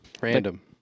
Random